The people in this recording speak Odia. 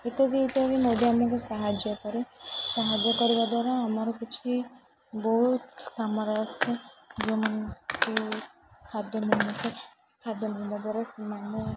ଇତ୍ୟାଦି ଇତ୍ୟାଦି ମୋଦୀ ଆମକୁ ସାହାଯ୍ୟ କରେ ସାହାଯ୍ୟ କରିବା ଦ୍ୱାରା ଆମର କିଛି ବହୁତ କାମରେ ଆସେ ଯେଉଁମାନକୁ ଖାଦ୍ୟ ଖାଦ୍ୟ ମିଳିବା ଦ୍ୱାରା ସେମାନେ